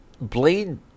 Blade